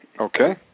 Okay